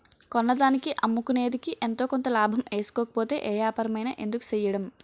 కొన్నదానికి అమ్ముకునేదికి ఎంతో కొంత లాభం ఏసుకోకపోతే ఏ ఏపారమైన ఎందుకు సెయ్యడం?